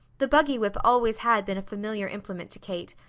the buggy whip always had been a familiar implement to kate,